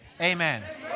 Amen